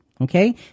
Okay